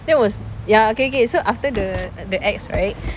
that was ya okay okay so after the the ex right